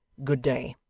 good day